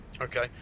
Okay